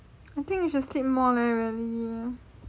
I think you should sleep more leh really